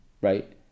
right